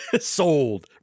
Sold